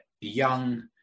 young